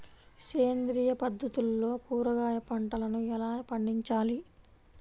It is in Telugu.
సేంద్రియ పద్ధతుల్లో కూరగాయ పంటలను ఎలా పండించాలి?